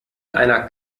einer